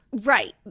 Right